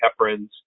heparins